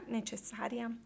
necessaria